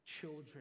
children